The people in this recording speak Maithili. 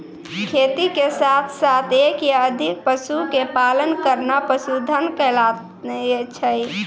खेती के साथॅ साथॅ एक या अधिक पशु के पालन करना पशुधन कहलाय छै